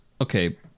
Okay